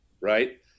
Right